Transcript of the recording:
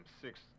six